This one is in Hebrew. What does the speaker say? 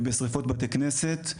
ובשריפות בתי כנסת,